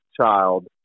child